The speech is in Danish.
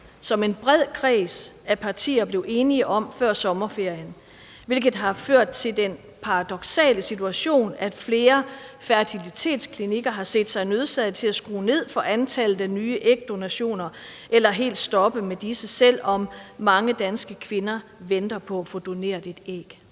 som en bred kreds af partier blev enige om før sommerferien, hvilket har ført til den paradoksale situation, at flere fertilitetsklinikker har set sig nødsaget til at skrue ned for antallet af nye ægdonationer eller helt stoppe med disse, selv om mange danske kvinder venter på at få doneret et æg?